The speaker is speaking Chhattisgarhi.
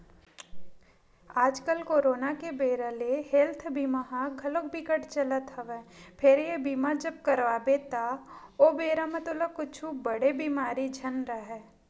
आजकल करोना के बेरा ले हेल्थ बीमा ह घलोक बिकट चलत हवय फेर ये बीमा जब करवाबे त ओ बेरा म तोला कुछु बड़े बेमारी झन राहय